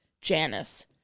Janice